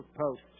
post